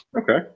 Okay